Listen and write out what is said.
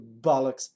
bollocks